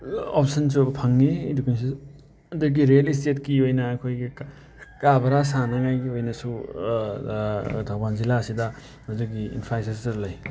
ꯑꯣꯞꯁꯟꯁꯨ ꯐꯪꯉꯤ ꯏꯗꯨꯀꯦꯁꯟ ꯑꯗꯒꯤ ꯔꯤꯑꯦꯜ ꯏꯁꯇꯦꯠꯀꯤ ꯑꯣꯏꯅ ꯑꯩꯈꯣꯏꯒꯤ ꯀꯥ ꯕꯔꯥ ꯁꯥꯟꯅꯉꯥꯏꯒꯤ ꯑꯣꯏꯅꯁꯨ ꯊꯧꯕꯥꯜ ꯖꯤꯂꯥ ꯑꯁꯤꯗ ꯑꯗꯨꯒꯤ ꯏꯟꯐ꯭ꯔꯥꯏꯁꯇ꯭ꯔꯛꯆꯔ ꯂꯩ